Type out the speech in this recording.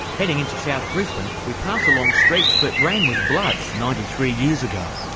heading into south brisbane, we pass along streets that ran with blood ninety three years ago.